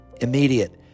immediate